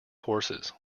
horses